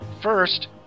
First